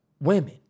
women